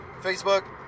Facebook